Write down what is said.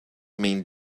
mean